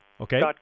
okay